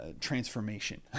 transformation